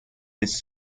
his